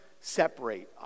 separate